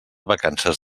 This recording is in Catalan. vacances